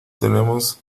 tenemos